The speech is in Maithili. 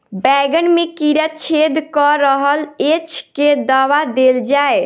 बैंगन मे कीड़ा छेद कऽ रहल एछ केँ दवा देल जाएँ?